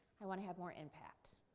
i want to have more impact?